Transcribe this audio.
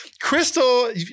Crystal